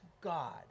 God